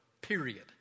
period